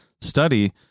study